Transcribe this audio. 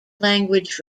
language